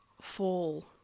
fall